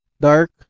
Dark